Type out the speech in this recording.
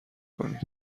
کنید